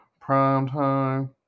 primetime